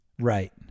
Right